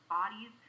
bodies